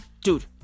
dude